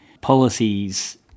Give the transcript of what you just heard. policies